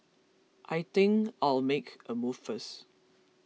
I think I'll make a move first